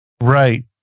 Right